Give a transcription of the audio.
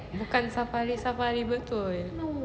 bukan safari safari betul